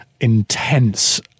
intense